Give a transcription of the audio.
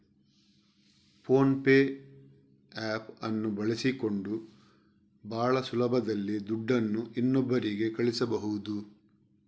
phone pay app ಅನ್ನು ಬಳಸಿಕೊಂಡು ಭಾಳ ಸುಲಭದಲ್ಲಿ ದುಡ್ಡನ್ನು ಇನ್ನೊಬ್ಬರಿಗೆ ಕಳಿಸಬಹುದು